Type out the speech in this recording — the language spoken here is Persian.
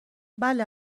بله